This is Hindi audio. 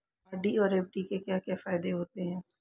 आर.डी और एफ.डी के क्या क्या फायदे होते हैं?